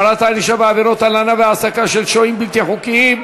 (החמרת הענישה בעבירות הלנה והעסקה של שוהים בלתי חוקיים),